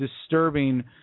disturbing